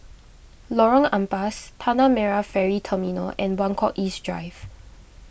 Lorong Ampas Tanah Merah Ferry Terminal and Buangkok East Drive